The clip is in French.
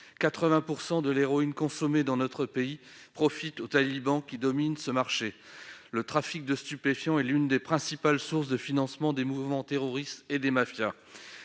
80 % de l'héroïne consommée dans le monde profitent aux talibans, qui dominent ce marché. Le trafic de stupéfiants est l'une des principales sources de financement des mouvements terroristes et des mafias